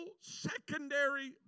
secondary